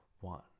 one